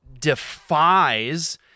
defies